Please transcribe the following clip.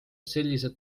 sellised